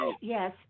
yes